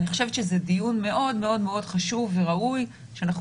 אני חושבת שזה דיון מאוד-מאוד חשוב וראוי שאנחנו